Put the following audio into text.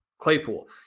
claypool